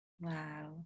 Wow